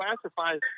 classifies